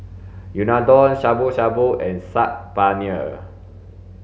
Unadon Shabu shabu and Saag Paneer